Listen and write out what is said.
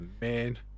man